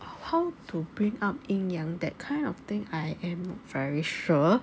how to bring up 阴阳 that kind of thing I am not very sure